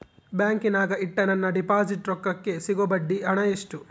ಬ್ಯಾಂಕಿನಾಗ ಇಟ್ಟ ನನ್ನ ಡಿಪಾಸಿಟ್ ರೊಕ್ಕಕ್ಕೆ ಸಿಗೋ ಬಡ್ಡಿ ಹಣ ಎಷ್ಟು?